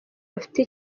bafite